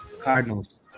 Cardinals